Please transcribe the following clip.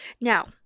Now